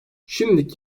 şimdilik